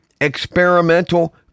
experimental